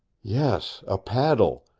yes, a paddle,